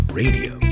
radio